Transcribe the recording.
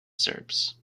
serbs